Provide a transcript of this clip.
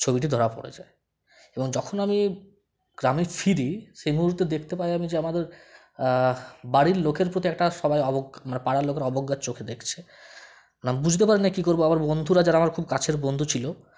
ছবিটি ধরা পড়ে যায় এবং যখন আমি গ্রামে ফিরি সেই মুহূর্তে দেখতে পাই আমি যে আমাদের বাড়ির লোকের প্রতি একটা সবাই অবজ্ঞা মানে পাড়ার লোকেরা অবজ্ঞার চোখে দেখছে বুঝতে পারি না কী করবো আমার বন্ধুরা যারা আমার খুব কাছের বন্ধু ছিল